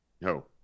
No